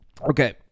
Okay